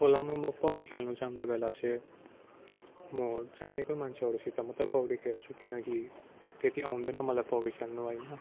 खोलामा म पौडी खेल्न जाँदा बेला चाहिँ म जानेकै मान्छेहरूसित मात्रै पौडी खेल्छु किनकि त्यत्ति आउँदैन मलाई पौडी खेल्नु होइन